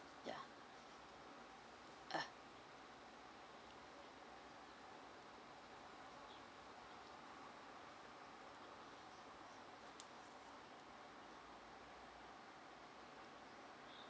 ya uh